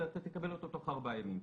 אלא אתה תקבל אותו בתוך ארבעה ימים.